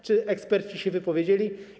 Czy eksperci się wypowiedzieli?